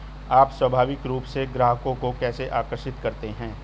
आप स्वाभाविक रूप से ग्राहकों को कैसे आकर्षित करते हैं?